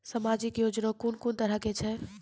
समाजिक योजना कून कून तरहक छै?